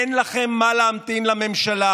אין לכם מה להמתין לממשלה,